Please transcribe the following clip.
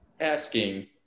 asking